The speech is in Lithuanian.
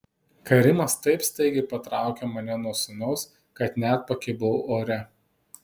karimas taip staigiai patraukė mane nuo sūnaus kad net pakibau ore